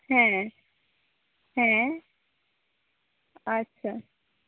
ᱦᱮᱸ ᱦᱮᱸ ᱟᱪᱷᱟ